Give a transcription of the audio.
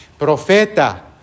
Profeta